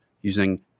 using